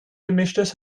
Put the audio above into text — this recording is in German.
gemischtes